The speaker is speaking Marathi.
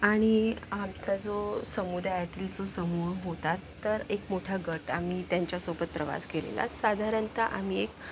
आणि आमचा जो समुदाय आहे समूह होता तर एक मोठा गट आम्ही त्यांच्यासोबत प्रवास केलेला साधारणतः आम्ही एक